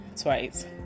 twice